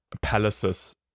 palaces